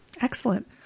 Excellent